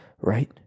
Right